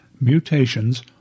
mutations